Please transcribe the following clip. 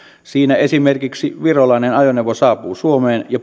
siinä esimerkiksi virolainen ajoneuvo saapuu suomeen ja